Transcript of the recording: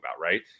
right